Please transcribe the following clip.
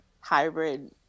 hybrid